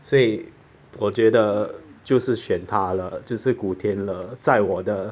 所以我觉得就是选他了就是古天乐在我的